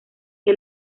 que